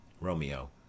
Romeo